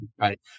right